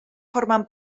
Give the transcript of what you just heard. formen